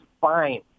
fine